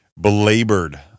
belabored